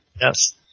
Yes